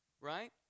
right